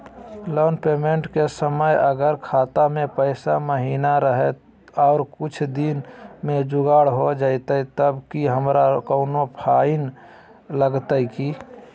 Loan payment के समय अगर खाता में पैसा महिना रहै और कुछ दिन में जुगाड़ हो जयतय तब की हमारा कोनो फाइन लगतय की?